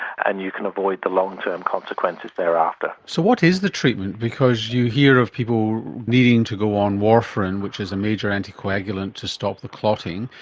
and you can avoid the long-term consequences thereafter. so what is the treatment? because you hear of people needing to go on warfarin, which is a major anticoagulant, to stop the clotting,